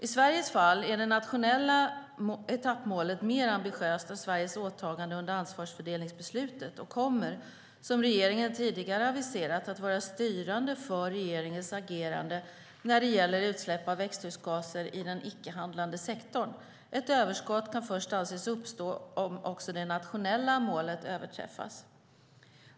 I Sveriges fall är det nationella etappmålet mer ambitiöst än Sveriges åtagande under ansvarsfördelningsbeslutet och kommer, som regeringen tidigare aviserat, att vara styrande för regeringens agerande när det gäller utsläpp av växthusgaser i den icke-handlande sektorn. Ett överskott kan först anses uppstå om också det nationella målet överträffas.